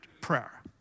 prayer